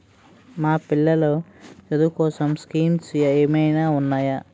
మా పిల్లలు చదువు కోసం స్కీమ్స్ ఏమైనా ఉన్నాయా?